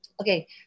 Okay